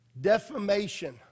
defamation